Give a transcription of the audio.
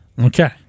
Okay